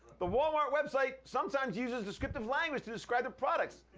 the walmart website, sometimes uses descriptive language to describe their products.